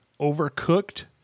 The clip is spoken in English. Overcooked